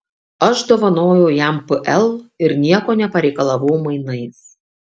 aš dovanojau jam pl ir nieko nepareikalavau mainais